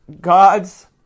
God's